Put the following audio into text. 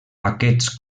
aquests